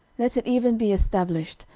let it even be established,